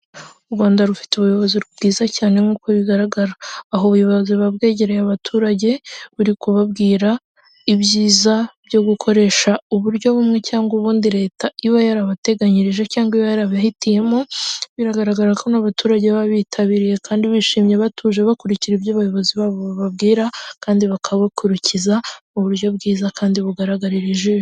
U Rwanda rufite ubuyobozi bwiza cyane nk'uko bigaragara, aho ubuyobozi buba bwegereye abaturage, buri kubabwira ibyiza byo gukoresha uburyo bumwe cyangwa ubundi leta iba yarabateganyirije cyangwa iba yarabahitiyemo, biragaragara ko n'abaturage baba bitabiriye kandi bishimye batuje bakurije ibyo abayobozi babo bababwira, kandi bakabakurikiza mu buryo bwiza kandi bugaragarira ijisho.